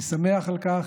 אני שמח על כך,